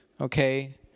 okay